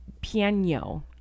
piano